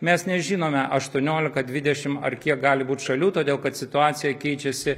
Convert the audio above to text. mes nežinome aštuoniolika dvidešim ar kiek gali būt šalių todėl kad situacija keičiasi